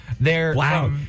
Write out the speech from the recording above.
Wow